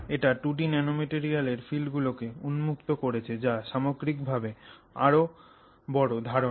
এটি 2 ডি ন্যানোমেটেরিয়ালের ফিল্ড গুলোকে উন্মুক্ত করেছে যা সামগ্রিকভাবে আরও বড় ধারণা